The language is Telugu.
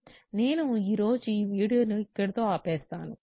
నేను ఈ రోజు వీడియోను ఇక్కడితో ఆపివేస్తాను